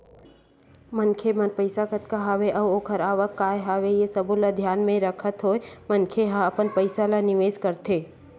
मनखे मेर पइसा कतका हवय अउ ओखर आवक काय हवय ये सब्बो ल धियान म रखत होय मनखे ह अपन पइसा ल निवेस करथे